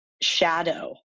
shadow